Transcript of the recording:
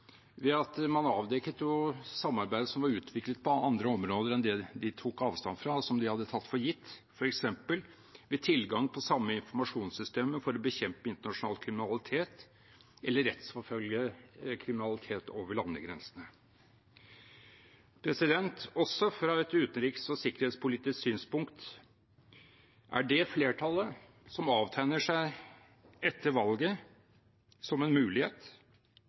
ved at man jo avdekket samarbeid som var utviklet på andre områder enn det de tok avstand fra, og som de hadde tatt for gitt, f.eks. tilgang på samme informasjonssystemer for å bekjempe internasjonal kriminalitet eller rettsforfølge kriminalitet over landegrensene. Også fra et utenriks- og sikkerhetspolitisk synspunkt er det flertallet som avtegner seg som en mulighet etter valget,